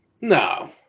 No